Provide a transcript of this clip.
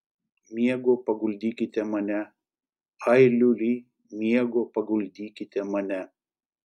miego paguldykite mane ai liuli miego paguldykite mane